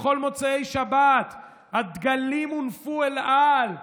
בכל מוצאי שבת הדגלים הונפו אל על.